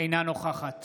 אינה נוכחת